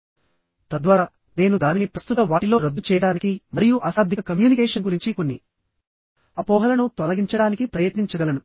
ఉపయోగించానుతద్వారా నేను దానిని ప్రస్తుత వాటిలో రద్దు చేయడానికి మరియు అశాబ్దిక కమ్యూనికేషన్ గురించి కొన్ని అపోహలను తొలగించడానికి ప్రయత్నించగలను